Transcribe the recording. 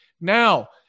Now